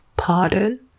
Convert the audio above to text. pardon